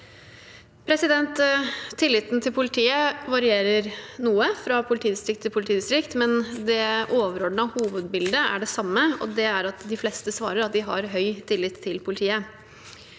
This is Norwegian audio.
Tilliten til politiet varierer noe fra politidistrikt til politidistrikt, men det overordnede hovedbildet er det samme, og det er at de fleste svarer at de har høy tillit til politiet.